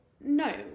no